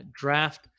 draft